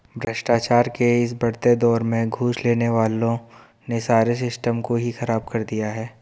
भ्रष्टाचार के इस बढ़ते दौर में घूस लेने वालों ने सारे सिस्टम को ही खराब कर दिया है